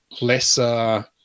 lesser